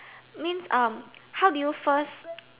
means um how did you first